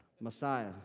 Messiah